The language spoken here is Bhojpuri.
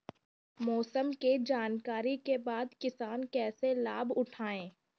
मौसम के जानकरी के बाद किसान कैसे लाभ उठाएं?